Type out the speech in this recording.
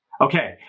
Okay